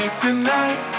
tonight